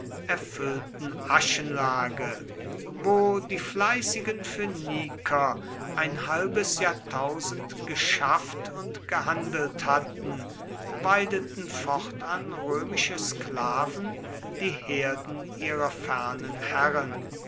erfüllten aschenlage wo die fleißigen phöniker ein halbes jahrtausend geschafft und gehandelt hatten weideten fortan römische sklaven die herden ihrer fernen herren